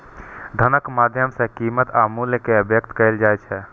धनक माध्यम सं कीमत आ मूल्य कें व्यक्त कैल जाइ छै